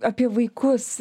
apie vaikus